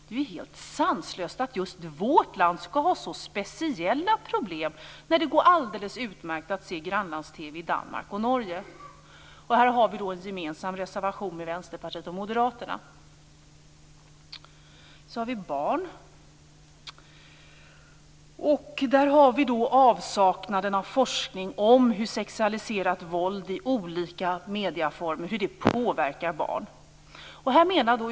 Det är helt sanslöst att just vårt land ska ha så speciella problem när det går alldeles utmärkt att se grannlands-TV i Danmark och Norge. Här har vi en gemensam reservation med Vänsterpartiet och Moderaterna. Sedan gäller det barnen och avsaknaden av forskning om hur sexualiserat våld i olika medieformer påverkar barn.